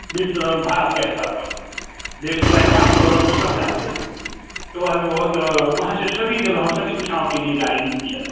विश्व भारत के स्तर पर बेगूसराय कम बरौनी सब जानते हैं तो आदमी बहुत वहाँ से सभी जगहों सभी दिशाओं के लिए गाड़ी मिलती है